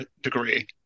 degree